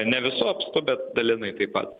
ne visu apstu bet dalinai taip pat